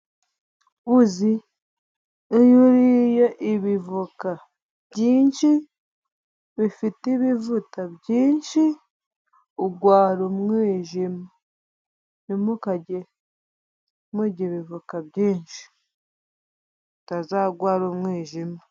Uzi? iyo uriye ibivoka byinshi, bifite ibivuta byinshi, urwara umwijima. Ntimukajye murya ibivoka byinshi, mutazarwara umwijima.